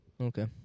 Okay